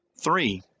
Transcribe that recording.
Three